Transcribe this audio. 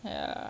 ya